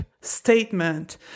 statement